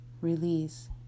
release